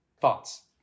Thoughts